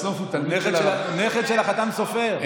נכד של החתם סופר.